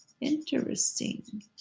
Interesting